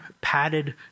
padded